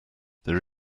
there